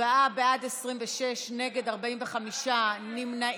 להעביר לוועדה את הצעת חוק לתיקון דיני הרשויות המקומיות (ביטול סמכות